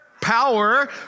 power